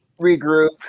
regroup